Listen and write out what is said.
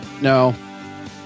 No